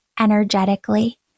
Energetically